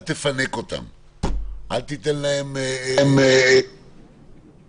אל תפנק אותם, אל